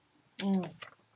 mm